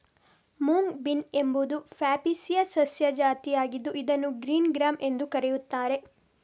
mung bean ಎಂಬುದು ಫ್ಯಾಬೇಸಿಯ ಸಸ್ಯ ಜಾತಿಯಾಗಿದ್ದು ಇದನ್ನು ಗ್ರೀನ್ ಗ್ರ್ಯಾಮ್ ಎಂದೂ ಕರೆಯುತ್ತಾರೆ